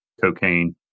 cocaine